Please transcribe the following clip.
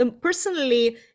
personally